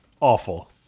Awful